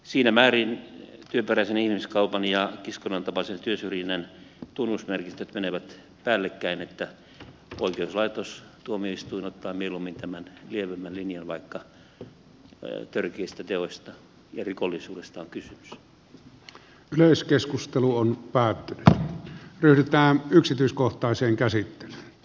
siinä määrin työperäisen ihmiskaupan ja kiskonnan tapaisen työsyrjinnän tunnusmerkistöt menevät päällekkäin että oikeuslaitos tuomioistuin ottaa mieluummin tämän lievemmän linjan vaikka törkeistä teoista ja pyörittää yksityiskohtaisen käsitteen